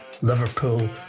Liverpool